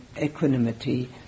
equanimity